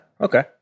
okay